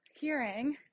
hearing